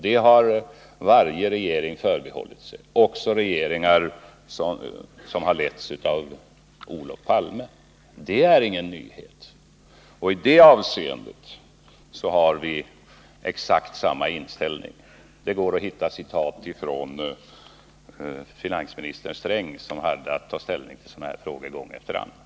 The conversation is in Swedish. Det har varje regering förbehållit sig, också regeringar som har letts av Olof Palme. Det är ingen nyhet. I det avseendet har vi exakt samma inställning. Det kan som bevis härför anföras citat från finansminister Sträng som hade att ta ställning till sådana här frågor gång efter annan.